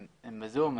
הם ב-זום,